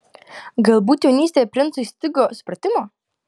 galbūt jaunystėje princui stigo supratimo